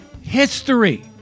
history